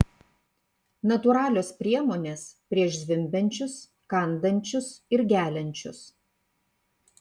natūralios priemonės prieš zvimbiančius kandančius ir geliančius